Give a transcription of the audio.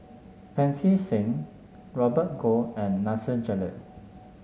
Pancy Seng Robert Goh and Nasir Jalil